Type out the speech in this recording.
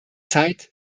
zeit